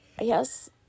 yes